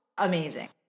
amazing